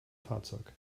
fahrzeug